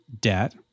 debt